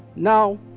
Now